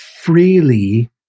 Freely